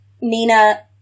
Nina